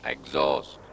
Exhaust